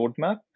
roadmap